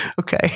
Okay